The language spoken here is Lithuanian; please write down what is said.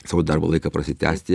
savo darbo laiką prasitęsti